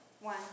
One